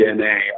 DNA